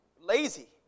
Lazy